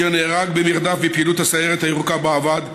אשר נהרג במרדף בפעילות הסיירת הירוקה שבה עבד,